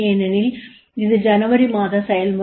ஏனெனில் இது ஜனவரி மாத செயல்முறை